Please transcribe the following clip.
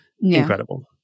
Incredible